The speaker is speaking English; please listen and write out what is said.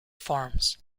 forms